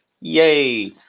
Yay